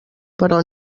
però